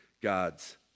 God's